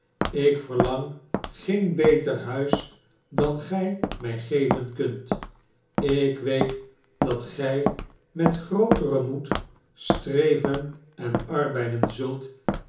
tezien lkverlang geen beter huis dan gy my geven kunt ik weet dat gy met grooteren moedstrevenen arbeiden zult